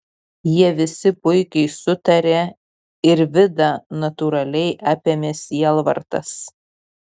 jie visi puikiai sutarė ir vidą natūraliai apėmė sielvartas